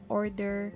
order